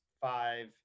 five